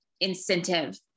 incentive